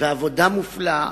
ועבודה מופלאה.